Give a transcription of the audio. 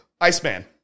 Iceman